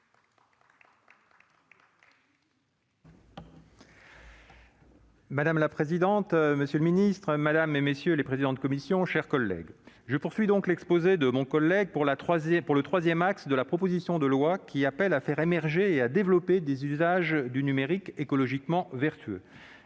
Madame la présidente, monsieur le secrétaire d'État, mes chers collègues, je poursuis donc l'exposé de mon collègue par le troisième axe de la proposition de loi, qui appelle à faire émerger et à développer des usages du numérique écologiquement vertueux.